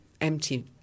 empty